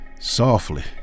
softly